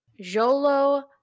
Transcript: Jolo